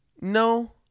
No